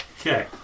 Okay